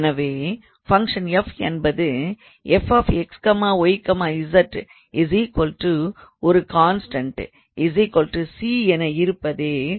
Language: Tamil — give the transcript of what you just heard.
எனவே ஃபங்க்ஷன் f என்பது ஒரு கான்ஸ்டண்ட் என இருப்பதே ஒரே வழி